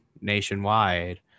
nationwide